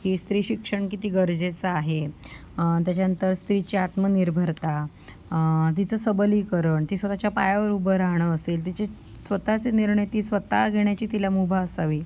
की स्त्री शिक्षण किती गरजेचं आहे त्याच्यानंतर स्त्रीची आत्मनिर्भरता तिचं सबलीकरण ती स्वतःच्या पायावर उभं राहणं असेल तिची स्वतःचे निर्णय ती स्वतः घेण्याची तिला मुभा असावी